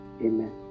Amen